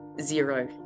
Zero